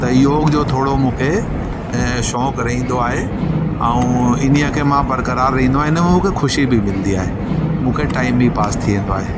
त योग जो थोरो मूंखे शौंक़ु रहंदो आहे ऐं इन्हीअ खे मां बरकरार रहीनो आहियां इनमें मूंखे ख़ुशी बि मिलदी आहे मूंखे टाइम बि पास थी वेंदो आहे